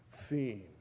theme